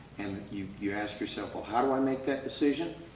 and you you ask yourself, well how do i make that decision?